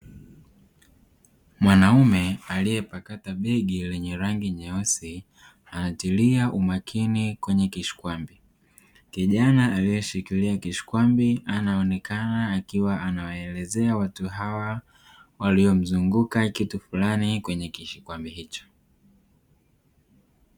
Mwanaume aliepakata begi lenye rangi nyeusi, anatilia umakini kwenye kishikwambi, kijana alieshikilia kishikwambi anaonekana akiwa anaelezea watu hawa waliomzunguka kitu fulani kwenye kishikwambi hicho.